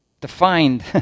defined